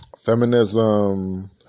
Feminism